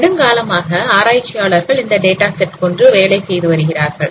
நெடுங்காலமாக ஆராய்ச்சியாளர்கள் அந்த டேட்டா செட் கொண்டு வேலை செய்து வருகிறார்கள்